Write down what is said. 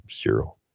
Zero